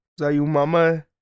Zayumama